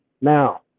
Now